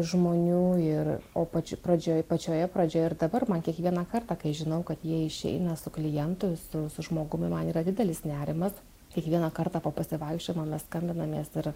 žmonių ir o pač pradžioj pačioje pradžioje ir dabar man kiekvieną kartą kai žinau kad jie išeina su klientu su su žmogumi man yra didelis nerimas kiekvieną kartą po pasivaikščiojimo mes skambinamės ir